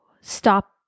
stop